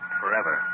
forever